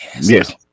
Yes